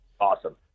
Awesome